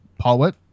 poet